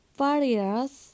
various